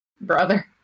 brother